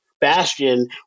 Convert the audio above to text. Bastion